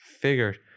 Figured